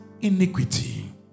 iniquity